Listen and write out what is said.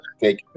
take